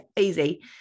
easy